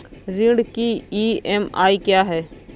ऋण की ई.एम.आई क्या है?